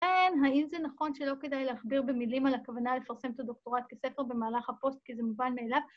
כן, האם זה נכון שלא כדאי להכביר במילים על הכוונה לפרסם את הדוקטורט כספר במהלך הפוסט, כי זה מובן מאליו?